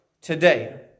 today